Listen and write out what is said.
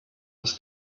was